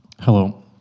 Hello